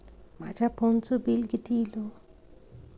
माझ्या फोनचा बिल किती इला?